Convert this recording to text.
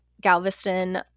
Galveston